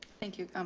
thank you. um